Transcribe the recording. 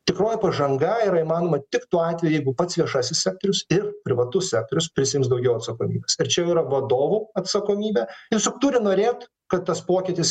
tikroji pažanga yra įmanoma tik tuo atveju jeigu pats viešasis sektorius ir privatus sektorius prisiims daugiau atsakomybės ir čia jau yra vadovų atsakomybė nes juk turi norėt kad tas pokytis